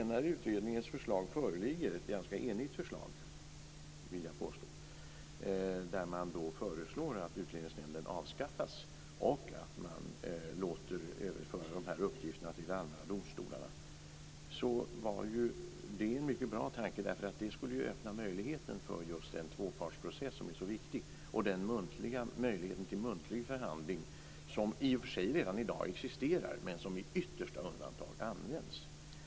När utredningens förslag föreligger - ett ganska enigt förslag, vill jag påstå - föreslår man att Utlänningsnämnden avskaffas och att uppgifterna ska överföras till de allmänna domstolarna. Det var en mycket bra tanke. Det skulle öppna möjligheten för just den tvåpartsprocess som är så viktig och för möjligheten till muntlig förhandling, som i och för sig redan i dag existerar men som i yttersta undantag används.